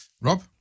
Rob